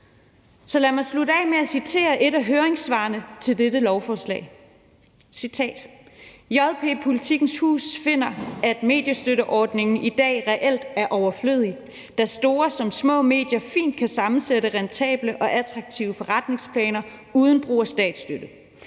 lad mig slutte af med at citere fra et af høringssvarene til dette lovforslag: JP/Politikens Hus finder, at mediestøtteordningen i dag reelt er overflødig, da store som små medier fint kan sammensætte rentable og attraktive forretningsplaner uden brug af statsstøtte,